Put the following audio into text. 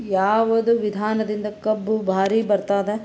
ಯಾವದ ವಿಧಾನದಿಂದ ಕಬ್ಬು ಭಾರಿ ಬರತ್ತಾದ?